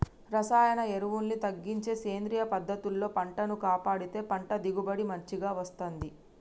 రసాయన ఎరువుల్ని తగ్గించి సేంద్రియ పద్ధతుల్లో పంటను కాపాడితే పంట దిగుబడి మంచిగ వస్తంది